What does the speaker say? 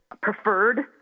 preferred